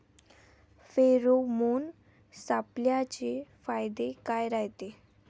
Pheromone सापळ्याचे फायदे काय रायते?